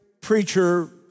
preacher